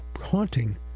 haunting